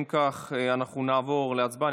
אם כך, אנחנו נעבור להצבעה.